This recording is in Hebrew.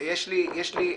יעל,